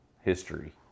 history